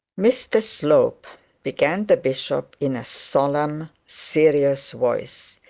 mr slope began the bishop, in a solemn, serious voice,